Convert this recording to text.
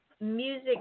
music